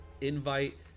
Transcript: invite